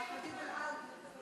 כי אין הינומה.